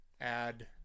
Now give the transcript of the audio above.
add